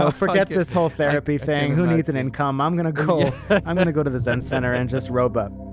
ah forget this whole therapy thing. who needs an income? i'm going to go i'm going to go to the zen center and just roba